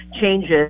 changes